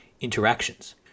interactions